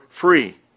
free